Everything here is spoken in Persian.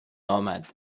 آمد